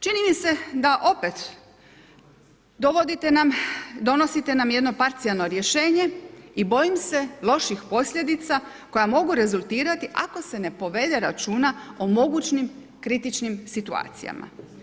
Čini mi se da opet dovodite nam, donosite nam jedno parcijalno rješenje i bojim se loših posljedica koja mogu rezultirati ako se ne povede računa o mogućim kritičnim situacijama.